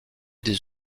des